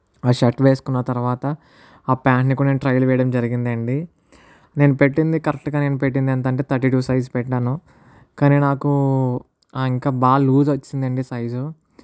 ఆ షర్ట్ వేసుకున్న తర్వాత ఆ ప్యాంట్ని కూడా నేను ట్రైల్ వేయడం జరిగిందండీ నేను పెట్టింది కరెక్ట్గా నేను పెట్టింది ఎంతంటే థర్టీ టూ సైజ్ పెట్టినాను కానీ నాకు ఇంకా బాగా లూజ్ వచ్చేసిందండీ సైజు